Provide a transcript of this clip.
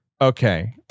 okay